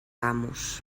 amos